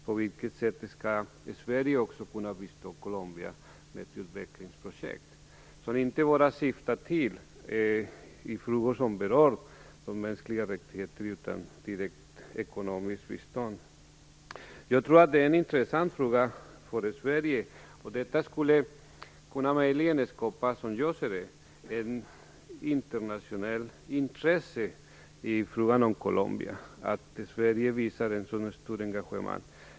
På vilket sätt skall Sverige kunna bistå Colombia med ett utvecklingsprojekt inte bara i frågor som berör mänskliga rättigheter utan som syftar till ett direkt ekonomiskt bistånd? Jag tror att det är en intressant fråga för Sverige. Det skulle som jag ser det möjligen kunna skapa ett internationellt intresse för frågan om Colombia att Sverige visar ett så stort engagemang.